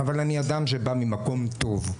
אבל אני אדם שבא ממקום טוב.